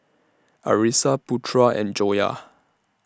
Arissa Putra and Joyah